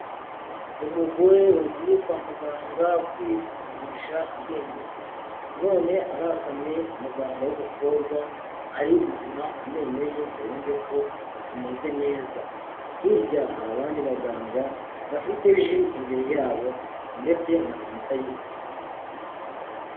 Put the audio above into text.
Umugore wagiye kwa muganga kwisuzumisha amenyo, none arasamye umuganga w'umukobwa ari gupima amenyo ye ngo yumve ko ameze neza, hirya hari abandi baganga bafite ji imbere yabo ndetse na sanitayiza.